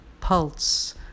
pulse